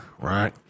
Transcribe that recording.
right